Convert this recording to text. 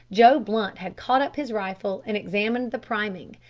joe blunt had caught up his rifle and examined the priming,